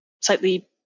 slightly